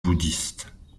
bouddhistes